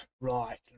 Right